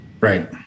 right